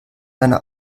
einer